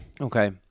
okay